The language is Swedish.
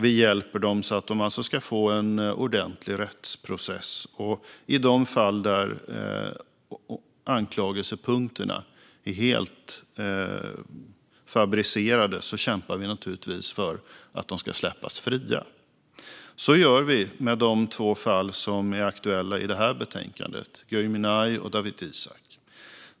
Vi hjälper dem så att de ska få en ordentlig rättsprocess, och i de fall där anklagelsepunkterna är helt fabricerade kämpar vi naturligtvis för att de ska släppas fria. Så gör vi med de två fall som är aktuella i detta betänkande: Gui Minhai och Dawit Isaak.